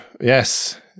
yes